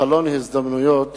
חלון הזדמנויות